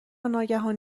ناگهان